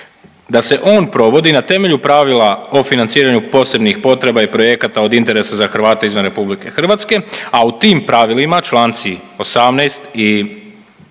da se on provodi na temelju pravila o financiranju posebnih potreba i projekata od interesa za Hrvate izvan RH, a u tim pravilima čl. 18.